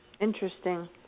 Interesting